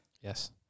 Yes